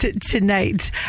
tonight